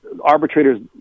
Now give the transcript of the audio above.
Arbitrators